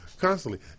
constantly